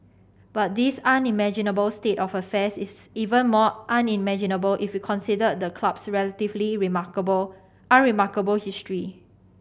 but this unimaginable state of affairs is even more unimaginable if you considered the club's relatively remarkable unremarkable history